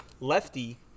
Lefty